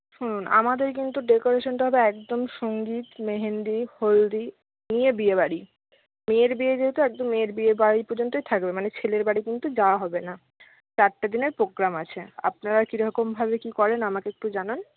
শুনুন আমাদের কিন্তু ডেকোরেশনটা হবে একদম সঙ্গীত মেহেন্দি হলদি নিয়ে বিয়েবাড়ি মেয়ের বিয়ে যেহেতু একদম মেয়ের বিয়েবাড়ি পর্যন্তই থাকবে মানে ছেলের বাড়ি কিন্তু যাওয়া হবে না চারটে দিনের প্রোগ্রাম আছে আপনারা কীরকমভাবে কী করেন আমাকে একটু জানান